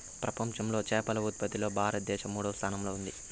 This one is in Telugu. ప్రపంచంలో చేపల ఉత్పత్తిలో భారతదేశం మూడవ స్థానంలో ఉంది